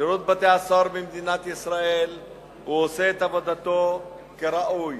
שירות בתי-הסוהר במדינת ישראל עושה את עבודתו כראוי,